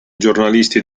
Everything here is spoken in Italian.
giornalisti